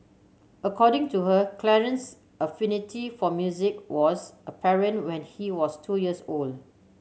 according to her Clarence affinity for music was apparent when he was two years old